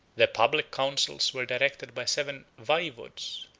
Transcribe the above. their public counsels were directed by seven vayvods,